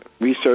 research